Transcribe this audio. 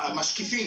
משקיפים.